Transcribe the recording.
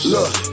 Look